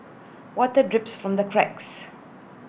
water drips from the cracks